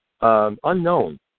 unknown